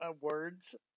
words